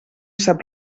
sap